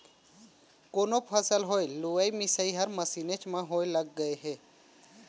कोनो फसल होय लुवई मिसई हर मसीनेच म होय लग गय हे